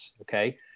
Okay